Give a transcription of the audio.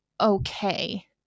okay